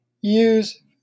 use